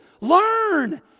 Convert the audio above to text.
learn